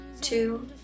two